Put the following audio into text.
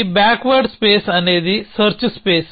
ఈ backward space అనేది search space